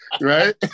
Right